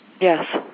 Yes